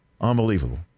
Unbelievable